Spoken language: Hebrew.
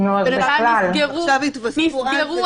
בינתיים נסגרו